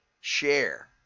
Share